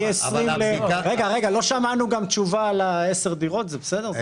לא שמענו גם ל-10 דירות, זה בסדר?